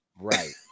Right